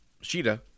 Sheeta